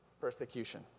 Persecution